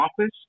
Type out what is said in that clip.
office